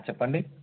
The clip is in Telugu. చెప్పండి